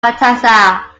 fantasia